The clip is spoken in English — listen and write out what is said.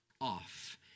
off